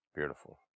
Beautiful